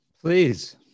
Please